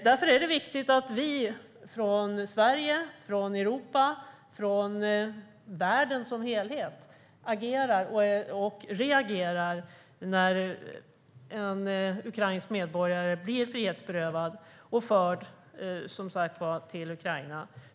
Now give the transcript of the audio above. Därför är det viktigt att vi från Sverige, från Europa och från världen som helhet agerar och reagerar när en ukrainsk medborgare blir frihetsberövad och förd till Ryssland.